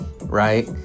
right